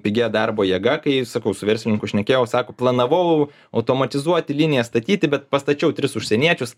pigia darbo jėga kai sakau su verslininku šnekėjau sako planavau automatizuoti linijas statyti bet pastačiau tris užsieniečius